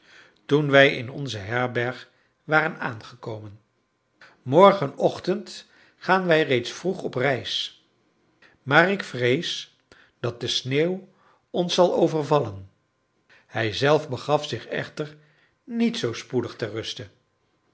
toen wij in onze herberg waren aangekomen morgenochtend gaan wij reeds vroeg op reis maar ik vrees dat de sneeuw ons zal overvallen hijzelf begaf zich echter niet zoo spoedig ter ruste